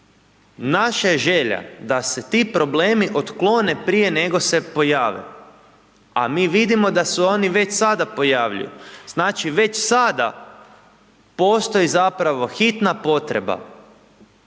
Naša je želja da se ti problemi otklone prije nego se pojave, a mi vidimo da se oni već sada pojavljuju, znači već sada postoji zapravo hitna potreba